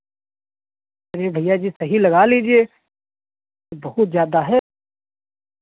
अरे भैया जी सही लगा लीजिए बहुत ज़्यादा है